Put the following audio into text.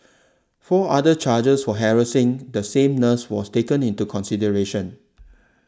four other charges for harassing the same nurse was taken into consideration